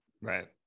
right